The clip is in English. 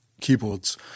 keyboards